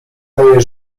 daje